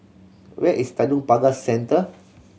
where is Tanjong Pagar Centre